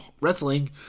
Wrestling